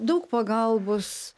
daug pagalbos